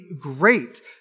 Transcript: great